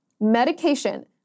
Medication